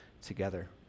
together